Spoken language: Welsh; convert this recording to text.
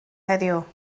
heddiw